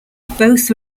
both